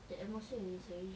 the atmosphere is very